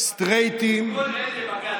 בכל אלה בגדת.